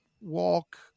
Walk